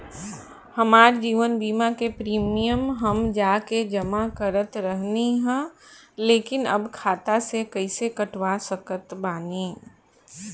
हमार जीवन बीमा के प्रीमीयम हम जा के जमा करत रहनी ह लेकिन अब खाता से कइसे कटवा सकत बानी?